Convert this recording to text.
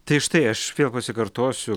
tai štai aš vėl pasikartosiu